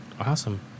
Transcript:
Awesome